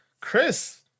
Chris